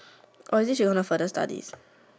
oh is it she want to further studies